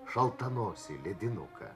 šaltanosį ledinuką